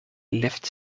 lifts